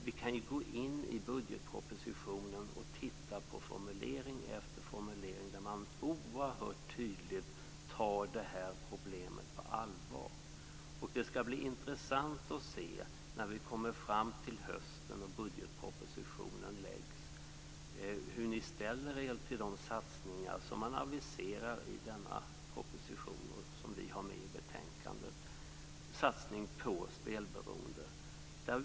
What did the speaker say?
Vi kan gå in i budgetpropositionen och titta på formulering efter formulering där man oerhört tydligt tar det här problemet på allvar. Det skall bli intressant att se när vi kommer fram till hösten och budgetpropositionen läggs fram hur ni ställer er till de satsningar på spelberoende som regeringen aviserar i denna proposition och som vi har med i betänkandet.